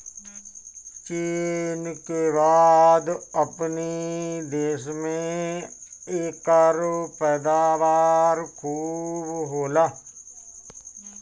चीन के बाद अपनी देश में एकर पैदावार खूब होला